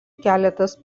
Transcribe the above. keletas